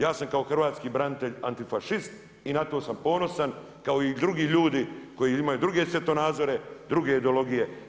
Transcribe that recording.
Ja sam kao hrvatski branitelj antifašist i na to sam ponosan kao i drugi ljudi koji imaju druge svjetonazore, druge ideologije.